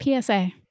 PSA